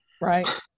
right